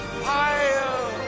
fire